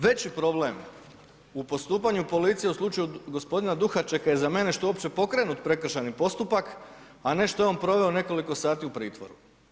Prema tome, veći problem u postupanju policije u slučaju gospodina Duhačeka je za mene što je uopće pokrenut prekršajni postupak, a ne što je on proveo nekoliko sati u pritvoru.